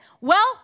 Well